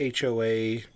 HOA